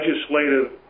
legislative